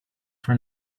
for